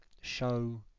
show